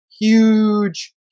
huge